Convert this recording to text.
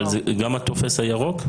גם הטופס הירוק?